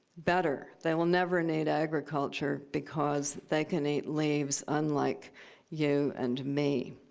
better, they will never need agriculture because they can eat leaves, unlike you and me.